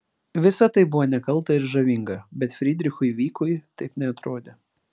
visa tai buvo nekalta ir žavinga bet frydrichui vykui taip neatrodė